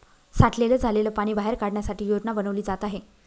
साठलेलं झालेल पाणी बाहेर काढण्यासाठी योजना बनवली जात आहे